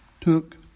took